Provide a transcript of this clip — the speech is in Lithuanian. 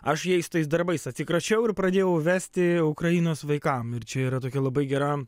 aš jais tais darbais atsikračiau ir pradėjau vesti ukrainos vaikam ir čia yra tokia labai gera